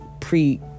pre